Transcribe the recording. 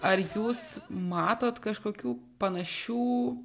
ar jūs matot kažkokių panašių